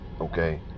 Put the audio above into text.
Okay